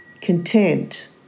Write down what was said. content